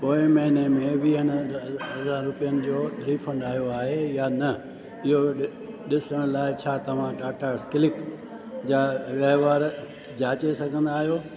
पोएं महीने में वीह हज़ार रुपियनि जो रीफंड आयो आहे या न इहो ॾिसण लाइ छा तव्हां टाटास क्लिक जा वहिंवार जाचे सघंदा आहियो